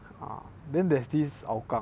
ah then there's this hougang